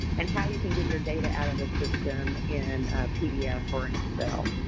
and how you can get your data out of the system in pdf or in excel.